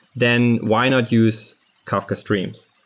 then why not use kafka streams?